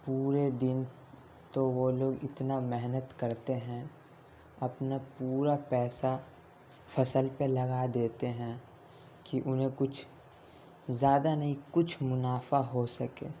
پورے دن تو وہ لوگ اتنا محنت کرتے ہیں اپنا پورا پیسہ فصل پہ لگا دیتے ہیں کہ انہیں کچھ زیادہ نہیں کچھ منافع ہو سکے